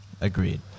Agreed